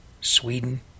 Sweden